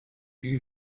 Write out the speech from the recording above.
you